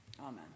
Amen